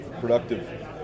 productive